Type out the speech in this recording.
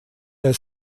der